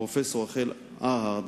פרופסור רחל ארהרד.